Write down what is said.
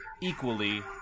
equally